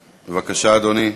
בבקשה, אדוני.